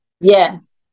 Yes